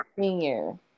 Senior